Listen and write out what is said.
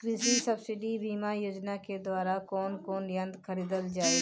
कृषि सब्सिडी बीमा योजना के द्वारा कौन कौन यंत्र खरीदल जाला?